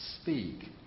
speak